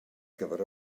gyfer